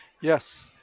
Yes